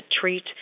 treat